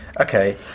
Okay